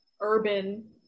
urban